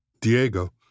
Diego